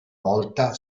volta